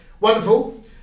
wonderful